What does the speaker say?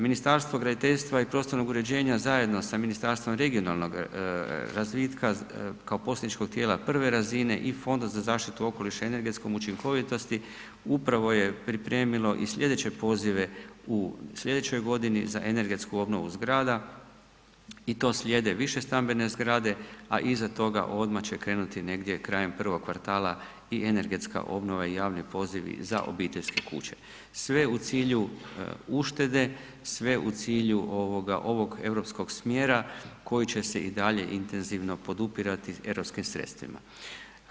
Ministarstvo graditeljstva i prostornog uređenja zajedno sa Ministarstvom regionalnoga razvitka kao posredničkog tijela prve razine i Fonda za zaštitu okoliša i energetsku učinkovitost upravo je pripremilo i slijedeće pozive u slijedećoj godini za energetsku obnovu zgrada i to slijede višestambene zgrade, a iza toga odmah će krenuti negdje krajem prvog kvartala i energetska obnova i javni pozivi za obiteljske kuće, sve u cilju uštede, sve u cilju ovog europskog smjera koji će se i dalje intenzivno podupirati europskim sredstvima.